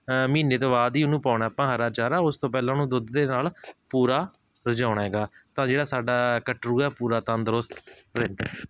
ਮਹੀਨੇ ਤੋਂ ਬਾਅਦ ਹੀ ਉਹਨੂੰ ਪਾਉਣਾ ਆਪਾਂ ਹਰਾ ਚਾਰਾ ਉਸ ਤੋਂ ਪਹਿਲਾਂ ਉਹਨੂੰ ਦੁੱਧ ਦੇ ਨਾਲ ਪੂਰਾ ਰਜਾਉਣਾ ਹੈਗਾ ਤਾਂ ਜਿਹੜਾ ਸਾਡਾ ਕਟਰੂ ਹੈ ਪੂਰਾ ਤੰਦਰੁਸਤ ਰਹਿੰਦਾ